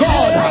God